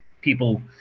people